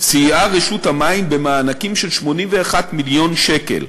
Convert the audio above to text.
סייעה רשות המים במענקים של 81 מיליון שקל,